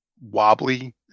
wobbly